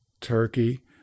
Turkey